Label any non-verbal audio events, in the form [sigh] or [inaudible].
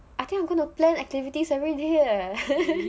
I think I'm going to plan activities everyday eh [laughs]